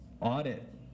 audit